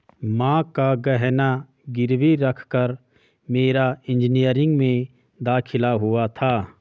मां का गहना गिरवी रखकर मेरा इंजीनियरिंग में दाखिला हुआ था